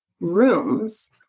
rooms